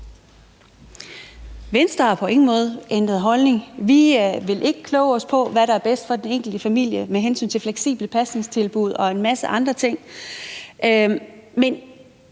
Venstre har på ingen måde ændret holdning. Vi vil ikke kloge os på, hvad der er bedst for den enkelte familie med hensyn til fleksible pasningstilbud og en masse andre ting. Men